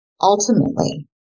Ultimately